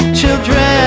children